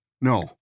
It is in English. No